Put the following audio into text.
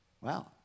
Wow